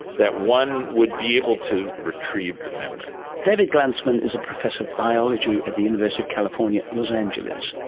that one would be able to retrieve the memory. david glanzman is a professor of biology at the university of california, los angeles.